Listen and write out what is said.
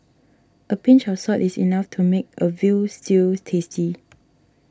a pinch of salt is enough to make a Veal Stew tasty